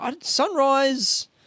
Sunrise